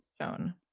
shown